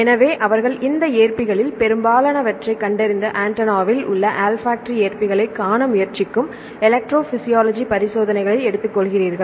எனவே அவர்கள் இந்த ஏற்பிகளில் பெரும்பாலானவற்றைக் கண்டறிந்த ஆண்டெனாவில் உள்ள ஆல்ஃபாக்டரி ஏற்பிகளைக் காண முயற்சிக்கும் எலக்ட்ரோபிசியாலஜி பரிசோதனைகளை எடுத்துக்கொள்கிறார்கள்